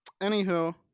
Anywho